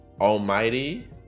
Almighty